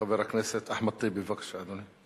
חבר הכנסת אחמד טיבי, בבקשה, אדוני.